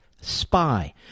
spy